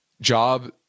job